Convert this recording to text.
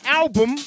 album